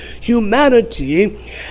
humanity